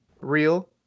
Real